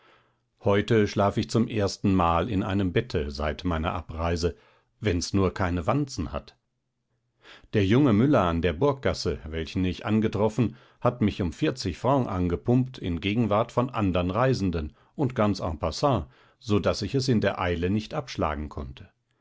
heute schlaf ich zum ersten mal in einem bette seit meiner abreise wenn's nur keine wanzen hat der junge müller an der burggasse welchen ich angetroffen hat mich um vor angepumpt in gegenwart von andern reisenden und ganz en passant so daß ich es in der eile nicht abschlagen konnte